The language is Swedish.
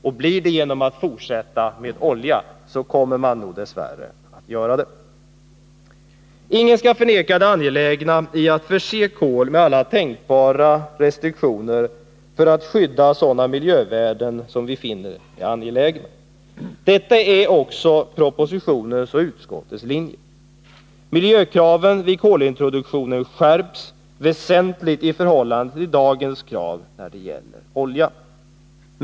Och blir det genom att fortsätta med olja kommer man nog dess värre att göra det. Ingen skall förneka det angelägna i att man förser kol med alla tänkbara miljörestriktioner för att skydda sådana miljövärden som vi finner väsentliga. Detta är också propositionens och utskottsbetänkandets linje. Miljökraven vid kolintroduktionen skärps väsentligt i förhållande till dagens krav när det gäller olja.